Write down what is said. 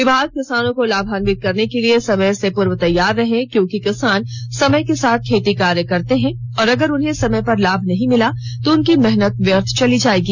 विभाग किसानों को लाभान्वित करने के लिए समय से पूर्व तैयार रहे क्योंकि किसान समय के साथ खेती कार्य करते हैं और अगर उन्हें लाभ नहीं मिला तो उनकी मेहनत व्यर्थ चली जायेगी